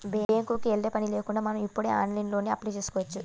బ్యేంకుకి యెల్లే పని కూడా లేకుండా మనం ఇప్పుడు ఆన్లైన్లోనే అప్లై చేసుకోవచ్చు